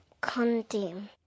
condemn